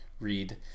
Read